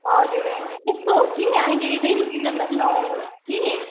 हजुर यस्तो हो कि अहिले रेनी सिजनमा चाहिँ नआउनु होस् कि